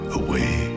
away